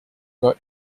got